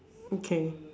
okay